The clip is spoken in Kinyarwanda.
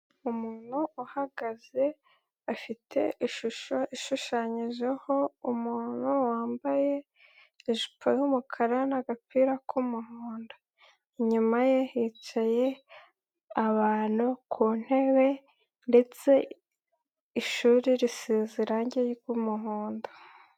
Umuntu uhagaze afite ishusho ishushanyijeho umuntu wambaye ijipo y'umukara n'agapira k'umuhondo, inyuma ye yicaye abantu ku ntebe ndetse ishuri risize irange ry'umuhondo.